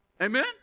Amen